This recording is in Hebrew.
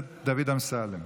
הזמן תם.